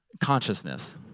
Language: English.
consciousness